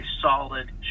solid